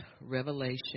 revelation